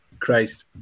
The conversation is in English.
Christ